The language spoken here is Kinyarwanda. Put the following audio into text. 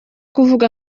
kuvuga